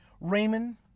Raymond